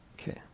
Okay